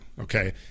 Okay